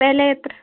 വില എത്ര